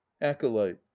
acolyte